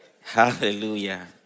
hallelujah